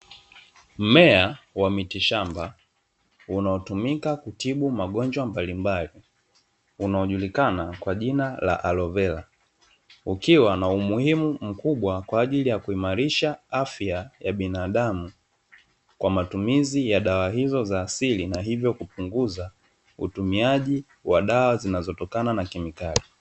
Mmea wa mitishamba unaotumika kutibu magonjwa mbalimbali, unaojulikana kwa jina alovera. Ukiwa na umuhimu mkubwa kwa ajili ya kuimarisha afya ya binadamu kwa matumizi ya dawa hizo za asili, na hivyo kupunguza utumiaji wa dawa zinazotokana na kemikali.